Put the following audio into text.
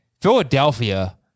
Philadelphia